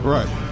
Right